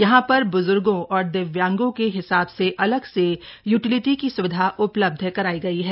यहां पर ब्ज्र्गों और दिव्यांगों के हिसाब से अलग से यूटिलिटी की सुविधा उपलब्ध कराई गई है